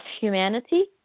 humanity